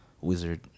wizard